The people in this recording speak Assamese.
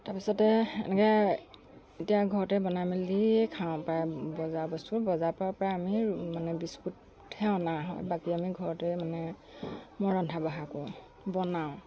তাৰ পিছতে এনেকৈ এতিয়া ঘৰতে বনাই মেলিয়েই খাওঁ প্ৰায় বজাৰৰ বস্তু বজাৰৰ পৰা প্ৰায় আমি মানে বিস্কুট হে অনা হয় বাকী আমি ঘৰতে মানে মই ৰন্ধা বঢ়া কৰোঁ বনাওঁ